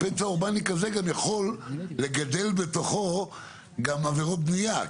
פצע אורבני כזה גם יכול לגדל בתוכו גם עבירות בניה.